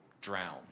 drown